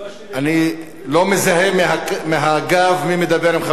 מזהה מהגב מי מדבר עם חבר הכנסת מיכאלי.